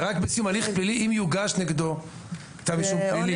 רק בסיום הליך פלילי אם יוגש נגדו כתב אישום פלילי.